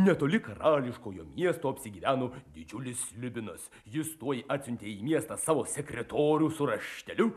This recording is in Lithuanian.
netoli karališkojo miesto apsigyveno didžiulis slibinas jis tuoj atsiuntė į miestą savo sekretorių su rašteliu